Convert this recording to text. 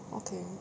okay